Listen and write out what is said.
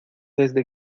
desde